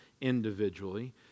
individually